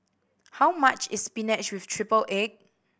how much is spinach with triple egg